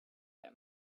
him